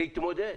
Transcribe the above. להתמודד.